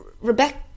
Rebecca